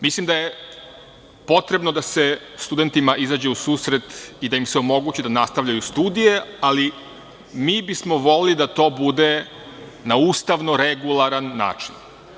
Mislim da je potrebno da se studentima izađe u susret i da im se omogući da nastavljaju studije, ali mi bismo voleli da to bude na ustavno regularan način.